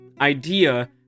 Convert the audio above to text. idea